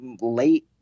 late